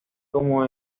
como